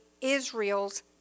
Israel's